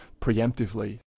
preemptively